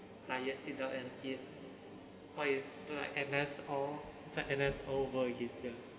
like you sit down and eat or it's like N_S or it's like N_S all over again sia